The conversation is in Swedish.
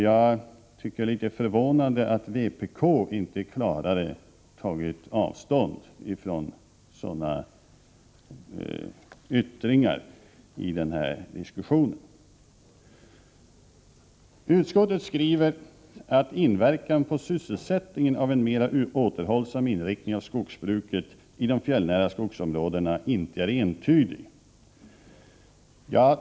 Jag tycker att det är förvånande att vpk inte klarare har tagit avstånd från sådana yttringar i den här diskussionen. Utskottet skriver att inverkan på sysselsättningen av en mera återhållsam inriktning av skogsbruket i de fjällnära skogsområdena inte är entydig.